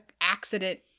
accident